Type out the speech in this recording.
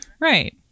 right